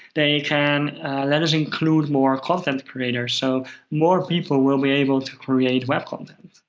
they can let us include more content creators, so more people will be able to create web content.